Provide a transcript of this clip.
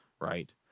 right